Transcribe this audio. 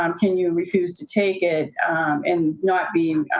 um can you refuse to take it and not be,